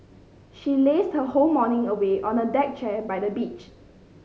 she lazed her whole morning away on a deck chair by the beach